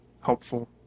helpful